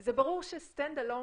זה ברור ש-stand alone,